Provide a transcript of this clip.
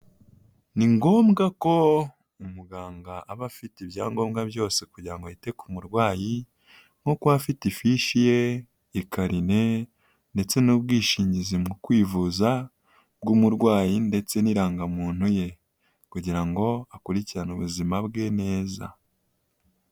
Ni ngombwa ko umuganga aba afite ibyangombwa byose kugira ngo yite ku murwayi nko kuba afite ifishi ye, ikarine ndetse n'ubwishingizi mu kwivuza bw'umurwayi ndetse n'irangamuntu ye, kugira ngo akurikirane ubuzima bwe neza.